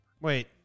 Wait